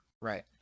Right